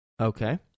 Okay